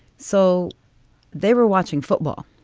so they were watching football.